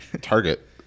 Target